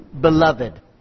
beloved